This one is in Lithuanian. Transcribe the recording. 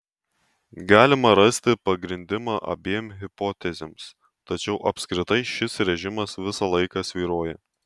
galima rasti pagrindimą abiem hipotezėms tačiau apskritai šis režimas visą laiką svyruoja